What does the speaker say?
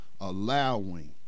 allowing